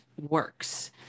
works